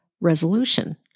resolution